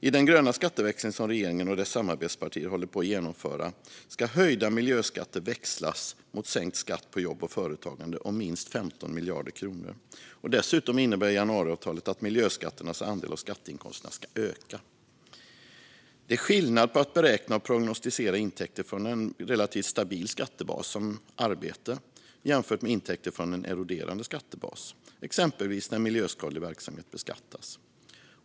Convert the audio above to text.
I den gröna skatteväxling som regeringen och dess samarbetspartier håller på att genomföra ska höjda miljöskatter växlas mot sänkt skatt på jobb och företagande med minst 15 miljarder kronor. Dessutom innebär januariavtalet att miljöskatternas andel av skatteinkomsterna ska öka. Det är skillnad på att beräkna och prognostisera intäkter från en relativt stabil skattebas, såsom arbete, jämfört med intäkter från en eroderande skattebas, exempelvis när miljöskadlig verksamhet beskattas.